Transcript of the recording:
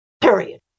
Period